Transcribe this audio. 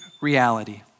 reality